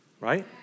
right